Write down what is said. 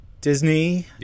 Disney